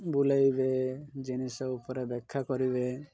ବୁଲେଇବେ ଜିନିଷ ଉପରେ ବ୍ୟାଖ୍ୟା କରିବେ